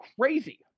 crazy